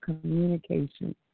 communication